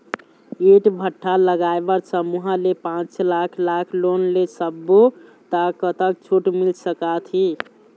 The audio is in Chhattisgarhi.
ईंट भट्ठा लगाए बर समूह ले पांच लाख लाख़ लोन ले सब्बो ता कतक छूट मिल सका थे?